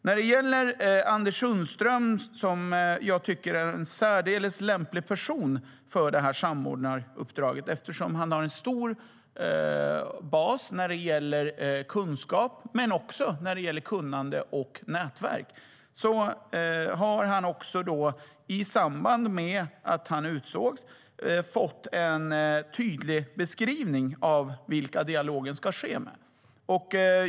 Jag tycker att Anders Sundström är en särdeles lämplig person för det här samordnaruppdraget, eftersom han har en stor bas när det gäller kunskap men också när det gäller nätverk. Han har i samband med att han utsågs fått en tydlig beskrivning av vilka dialogen ska ske med.